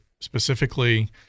specifically